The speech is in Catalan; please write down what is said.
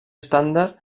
estàndard